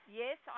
yes